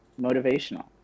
motivational